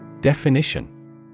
Definition